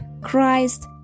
Christ